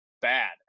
bad